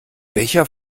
welcher